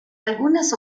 algunas